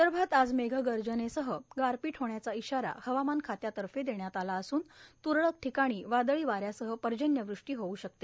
विदर्भात आज मेघगर्जनेसह गारपीट होण्याचा इशारा हवामान खात्यातर्फे देण्यात आला असून तूरळक ठिकाणी वादळीवाऱ्यासह पर्जव्यवृष्टी होऊ शकते